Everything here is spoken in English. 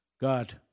God